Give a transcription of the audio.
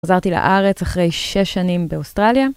חזרתי לארץ אחרי שש שנים באוסטרליה.